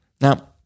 Now